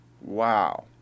Wow